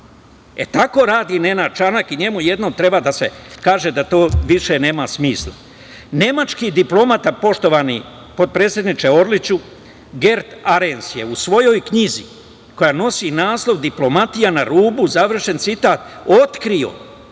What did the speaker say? E, tako radi Nenad Čanak i njemu jednom treba da se kaže da to više nema smisla. Nemački diplomata, poštovani potpredsedniče Orliću, Gert Arens je u svojoj knjizi, koja nosi naslov "Diplomatija na rubu" otkrio